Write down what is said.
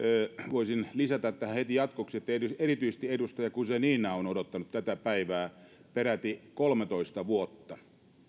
voisin lisätä tähän heti jatkoksi että erityisesti edustaja guzenina on odottanut tätä päivää peräti kolmetoista vuotta